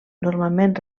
normalment